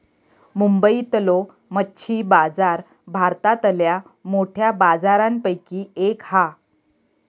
मुंबईतलो मच्छी बाजार भारतातल्या मोठ्या बाजारांपैकी एक हा